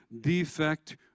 defect